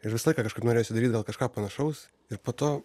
ir visą laiką kažkaip norėjosi daryt gal kažką panašaus ir po to